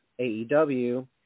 AEW